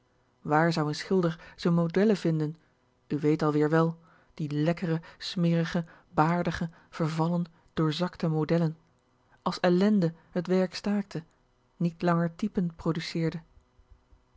wààr zou n schilder z'n modellen vinden u weet alweer wel die lekkere smerige baardige vervallen doorzakte modellen als ellende t werk staakte niet langer typen produceerde